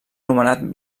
nomenat